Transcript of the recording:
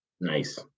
Nice